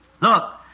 Look